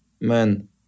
man